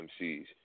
MCs